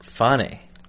funny